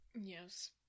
Yes